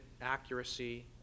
accuracy